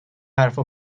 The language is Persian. حرفها